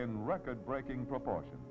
in record breaking proportion